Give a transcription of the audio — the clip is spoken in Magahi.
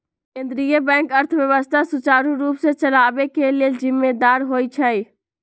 केंद्रीय बैंक अर्थव्यवस्था सुचारू रूप से चलाबे के लेल जिम्मेदार होइ छइ